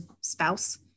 spouse